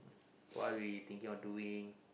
what we thinking of doing